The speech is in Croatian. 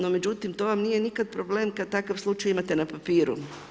No međutim, to vam nije nikad problem kad takav slučaj imate na papiru.